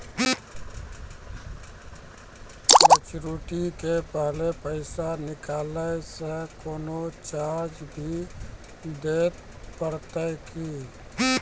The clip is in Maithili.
मैच्योरिटी के पहले पैसा निकालै से कोनो चार्ज भी देत परतै की?